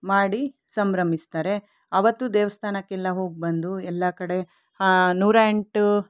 ಮಾಡಿ ಸಂಭ್ರಮಿಸ್ತಾರೆ ಆವತ್ತು ದೇವಾಸ್ಥಾನಕ್ಕೆಲ್ಲ ಹೋಗ್ಬಂದು ಎಲ್ಲ ಕಡೆ ನೂರ ಎಂಟು